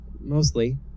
Mostly